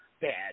bad